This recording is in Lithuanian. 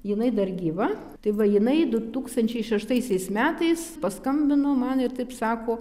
jinai dar gyva tai va jinai du tūkstančiai šeštaisiais metais paskambino man taip sako